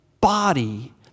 body